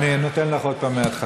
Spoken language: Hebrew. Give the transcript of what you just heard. אני נותן לך עוד פעם, מהתחלה.